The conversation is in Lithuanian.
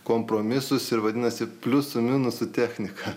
kompromisus ir vadinasi pliusų minusų technika